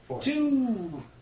Two